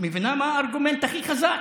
את מבינה מה הארגומנט הכי חזק?